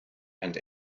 and